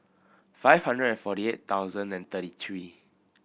five hundred and forty eight thousand and thirty three